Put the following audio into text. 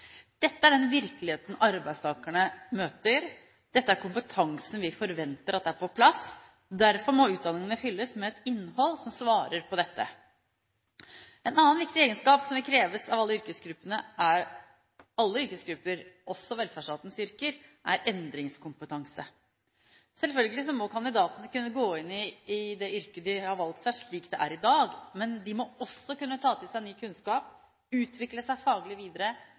Dette er den virkeligheten arbeidstakerne møter. Dette er kompetansen vi forventer er på plass. Derfor må utdanningene fylles med et innhold som svarer på dette. En annen viktig egenskap som vil kreves av alle yrkesgrupper, også velferdsstatens yrkesgrupper, er endringskompetanse. Selvfølgelig må kandidatene kunne gå inn i det yrket de har valgt seg, slik det er i dag, men de må også kunne ta til seg ny kunnskap, utvikle seg faglig videre,